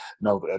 no